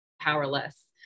powerless